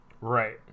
Right